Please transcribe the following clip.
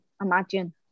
Imagine